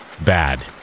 bad